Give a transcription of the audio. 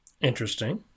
Interesting